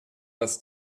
das